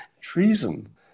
Treason